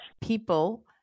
people